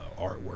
artwork